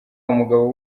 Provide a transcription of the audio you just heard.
umugabo